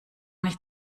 nicht